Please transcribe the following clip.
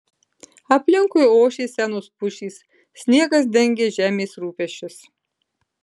aplinkui ošė senos pušys sniegas dengė žemės rūpesčius